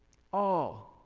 all,